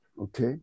okay